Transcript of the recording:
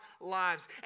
lives